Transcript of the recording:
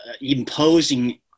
imposing